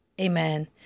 Amen